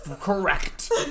correct